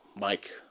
Mike